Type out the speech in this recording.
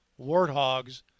Warthogs